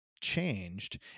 changed